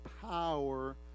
power